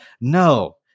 No